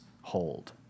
hold